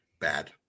Bad